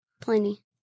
Plenty